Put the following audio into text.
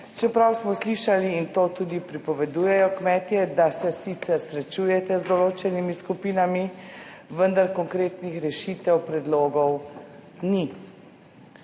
čeprav smo slišali in to tudi pripovedujejo kmetje, da se sicer srečujete z določenimi skupinami, vendar konkretnih rešitev, predlogov ni.